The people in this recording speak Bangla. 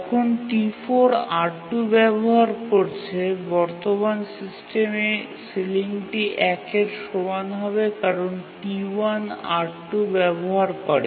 যখন T4 R2 ব্যবহার করছে বর্তমান সিস্টেমের সিলিংটি ১ এর সমান হবে কারণ T1 R2 ব্যবহার করে